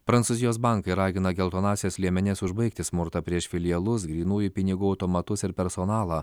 prancūzijos bankai ragina geltonąsias liemenes užbaigti smurtą prieš filialus grynųjų pinigų automatus ir personalą